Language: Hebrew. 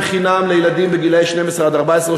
האם הוא מתגאה בביטול מתן טיפולי שיניים חינם לילדים בגיל 12 14,